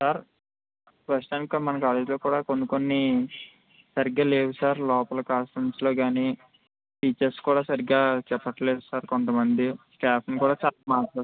sir ప్రస్తుతానికి కూడా మన కాలేజ్లో కూడా కొన్ని కొన్ని సరిగ్గా లేవు సార్ లోపల క్లాస్ రూమ్స్లో కానీ టీచర్స్ కూడా సరిగ్గా చెప్పట్లేదు సార్ కొంతమంది స్టాఫ్ని కూడా